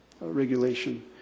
regulation